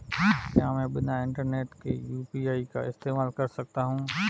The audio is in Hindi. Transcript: क्या मैं बिना इंटरनेट के यू.पी.आई का इस्तेमाल कर सकता हूं?